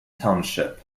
township